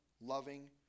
loving